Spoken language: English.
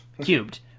cubed